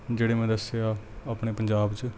ਜਿਹੜੇ ਮੈਂ ਦੱਸੇ ਆ ਆਪਣੇ ਪੰਜਾਬ 'ਚ